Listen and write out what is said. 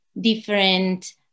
different